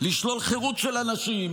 לשלול חירות של אנשים,